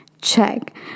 Check